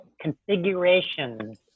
configurations